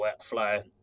workflow